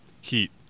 heat